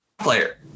player